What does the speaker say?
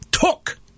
Took